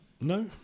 No